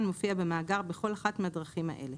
מופיע במאגר בכל אחת מהדרכים האלה: